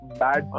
bad